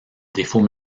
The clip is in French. défauts